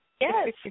Yes